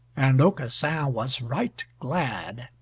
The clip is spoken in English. and aucassin was right glad.